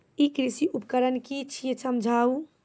ई कृषि उपकरण कि छियै समझाऊ?